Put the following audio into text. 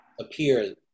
appear